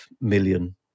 million